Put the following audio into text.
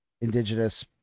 Indigenous